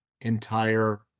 entire